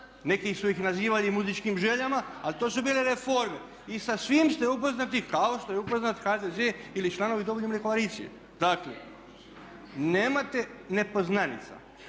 neki su ih nazivali muzičkim željama, ali to su bile reforme. I sa svim ste upoznati kao što je upoznat HDZ ili članovi Domoljubne koalicije. Dakle, nemate nepoznanica.